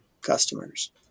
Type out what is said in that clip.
customers